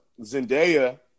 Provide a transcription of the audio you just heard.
Zendaya